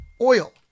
oil